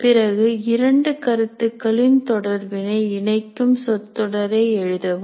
பிறகு 2 கருத்துக்கள் இன் தொடர்பினை இணைக்கும் சொற்றொடரை எழுதவும்